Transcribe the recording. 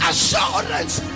assurance